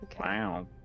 Wow